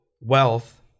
wealth